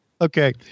Okay